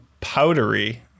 powdery